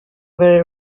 very